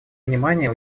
внимание